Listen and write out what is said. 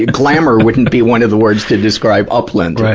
glamour wouldn't be one of the words to describe upland. right,